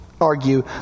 argue